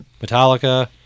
Metallica